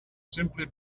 simply